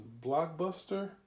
Blockbuster